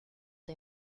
the